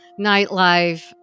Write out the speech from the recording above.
nightlife